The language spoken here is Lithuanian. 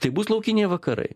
tai bus laukiniai vakarai